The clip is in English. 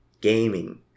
gaming